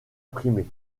imprimées